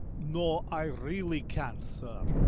no, i really can't, sir.